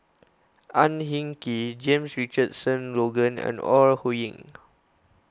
Ang Hin Kee James Richardson Logan and Ore Huiying